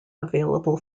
available